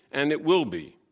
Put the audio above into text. and it will be.